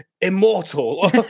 immortal